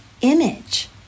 image